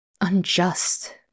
unjust